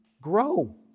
grow